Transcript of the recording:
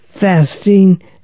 fasting